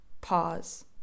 Pause